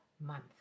month